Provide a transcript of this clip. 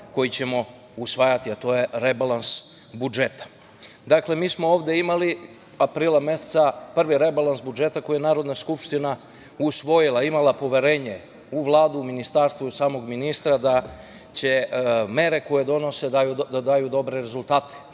koji ćemo usvajati, a to je rebalans budžeta. Dakle, mi smo ovde imali aprila meseca prvi rebalans budžeta, koji je Narodna skupština usvojila, imala poverenje u Vladu, u ministarstvo i samog ministra, da će mere koje donose da daju dobre rezultate,